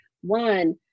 one